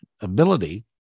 ability